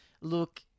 look